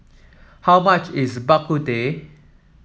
how much is Bak Kut Teh